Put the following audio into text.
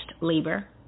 labor